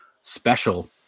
special